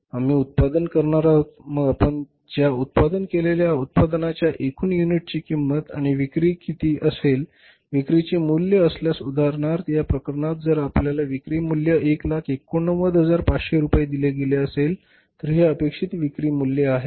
आम्ही उत्पादन करणार आहोत मग आपण ज्या उत्पादन केलेल्या उत्पादनाच्या एकूण युनिटची किंमत आणि विक्री किती असेल विक्रीचे मूल्य असल्यास उदाहरणार्थ या प्रकरणात जर आपल्याला विक्री मूल्य 189500 रुपये दिले गेले असेल तर हे अपेक्षित विक्री मूल्य आहे